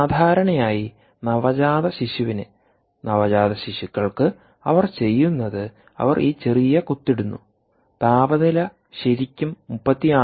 സാധാരണയായി നവജാതശിശുവിന് നവജാത ശിശുക്കൾക്ക് അവർ ചെയ്യുന്നത് അവർ ഈ ചെറിയ കുത്ത് ഇടുന്നു താപനില ശരിക്കും 36